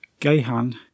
Gehan